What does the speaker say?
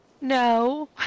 No